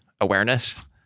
awareness